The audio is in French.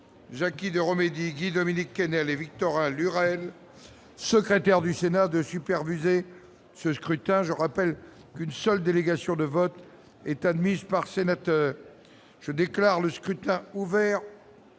Jacky Deromedi, Guy-Dominique Kennel et Victorin Lurel, secrétaires du Sénat, qui vont superviser ce scrutin. Je rappelle qu'une seule délégation de vote est admise par sénateur. Je déclare le scrutin ouvert